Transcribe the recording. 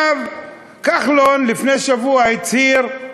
כחלון לפני שבוע הצהיר: